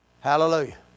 Hallelujah